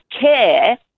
care